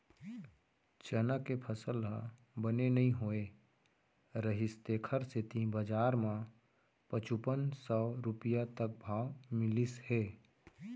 चना के फसल ह बने नइ होए रहिस तेखर सेती बजार म पचुपन सव रूपिया तक भाव मिलिस हे